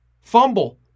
Fumble